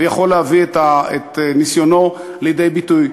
ויכול להביא את ניסיונו לידי ביטוי,